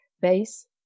base